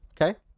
Okay